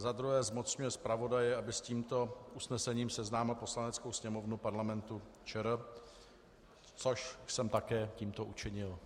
Za druhé zmocňuje zpravodaje, aby s tímto usnesením seznámil Poslaneckou sněmovnu Parlamentu ČR, což jsem také tímto učinil.